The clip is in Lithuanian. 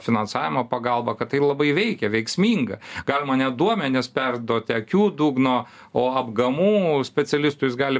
finansavimo pagalba kad tai labai veikia veiksminga galima net duomenis perduoti akių dugno o apgamų specialistui jis gali